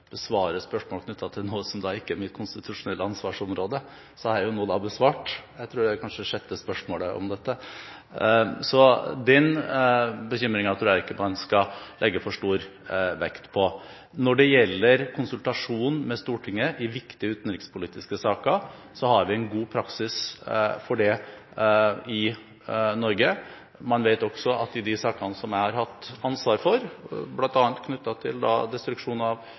besvare spørsmål knyttet til noe som ikke er mitt konstitusjonelle ansvarsområde. Jeg har jo nå besvart – jeg tror det kanskje er det sjette spørsmålet om dette – så den bekymringen tror jeg ikke man skal legge for stor vekt på. Når det gjelder konsultasjon med Stortinget i viktige utenrikspolitiske saker, har vi en god praksis for det i Norge. Man vet også at i de sakene som jeg har hatt ansvar for, bl.a. knyttet til destruksjon av